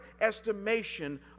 estimation